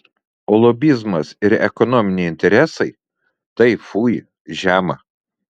o lobizmas ir ekonominiai interesai tai fui žema